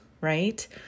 Right